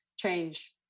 change